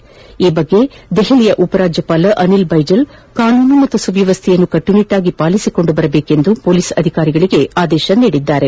ಫಟನೆ ಕುರಿತಂತೆ ದೆಹಲಿಯ ಉಪರಾಜ್ಯಪಾಲ ಅನಿಲ್ ಬೈಜಲ್ ಕಾನೂನು ಮತ್ತು ಸುವ್ಯವಸ್ಥೆಯನ್ನು ಕಟ್ಟುನಿಟ್ಟಾಗಿ ಕಾಪಾಡಿಕೊಂಡು ಬರುವಂತೆ ಪೊಲೀಸ್ ಆಯುಕ್ತರಿಗೆ ಆದೇಶಿಸಿದ್ದಾರೆ